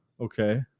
Okay